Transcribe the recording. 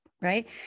right